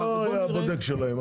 אני לא אהיה הבודק שלהם.